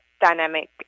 dynamic